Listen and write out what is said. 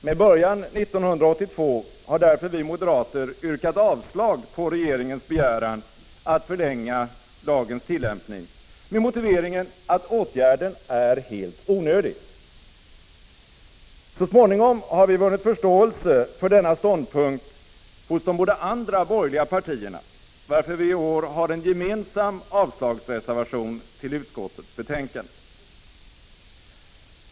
Med början 1982 har därför vi moderater yrkat avslag på regeringens begäran att förlänga lagens tillämpning med motiveringen att åtgärden är helt onödig. Så småningom har vi vunnit förståelse för denna ståndpunkt hos de båda andra borgerliga partierna, varför vi i år har en gemensam avslagsreservation till utskottets betänkande.